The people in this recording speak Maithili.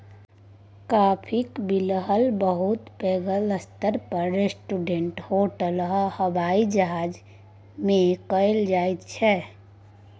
काफीक बिलहब बहुत पैघ स्तर पर रेस्टोरेंट, होटल आ हबाइ जहाज मे कएल जाइत छै